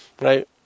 Right